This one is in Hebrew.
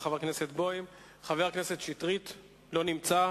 יכול להיות שזו דרך לייצב ממשלה,